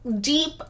deep